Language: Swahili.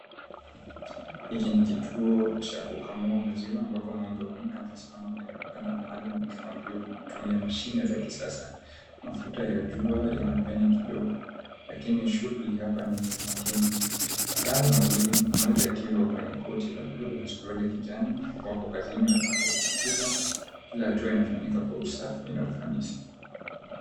Hiki ni kituo cha kukamua maziwa ambapo ng'ombe wanne wamesimama kwenye vibanda maalum wakikamuliwa kutumia mashine za kisasa, mafuta ya jua yanapenya kidogo lakini shughuli hapa ni ya umakini. Wataalamu wawili mmoja akiwa kwenye koti la bluu na suruali ya kijani wako kazini wakihakikisha kila hatua inafanyika kwa usafi na ufanisi.